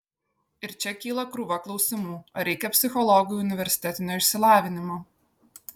ir čia kyla krūva klausimų ar reikia psichologui universitetinio išsilavinimo